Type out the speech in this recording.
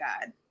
God